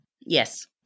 Yes